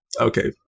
Okay